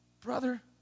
Brother